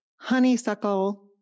honeysuckle